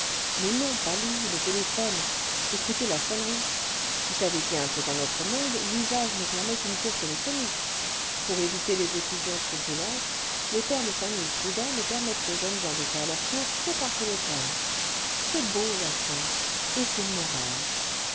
mais non pas lui le téléphone ecoutez la sonnerie vous savez bien que dans notre monde l'usage ne permet qu'une cour téléphonique pour éviter les effusions trop brûlantes les pères de famille prudents ne permettent aux jeunes gens cle faire leur cour que par téléphone c'est beau la science et c'est moral